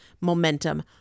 momentum